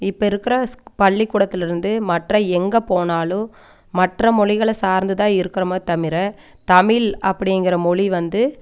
இப்போ இருக்கிற ஸ்க் பள்ளிக்கூடத்திலிருந்து மற்ற எங்கே போனாலும் மற்ற மொழிகள சார்ந்து தான் இருக்கிறமோ தவிர தமிழ் அப்படிங்கிற மொழி வந்து